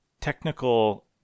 technical